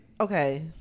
okay